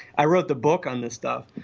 i wrote the book on this stuff.